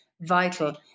vital